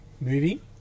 movie